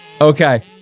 Okay